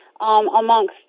Amongst